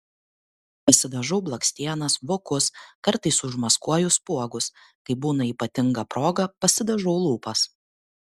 pasidažau blakstienas vokus kartais užmaskuoju spuogus kai būna ypatinga proga pasidažau lūpas